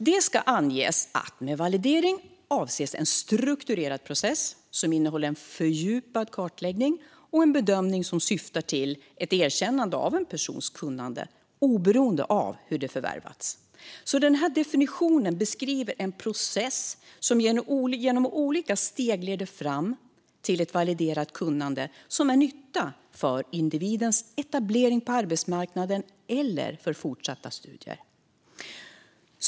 Det ska anges att med validering avses en strukturerad process som innehåller en fördjupad kartläggning och en bedömning som syftar till ett erkännande av en persons kunnande, oberoende av hur det förvärvats. Denna definition beskriver en process som genom olika steg leder fram till ett validerat kunnande som är till nytta för individens etablering på arbetsmarknaden eller fortsatta studier.